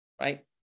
Right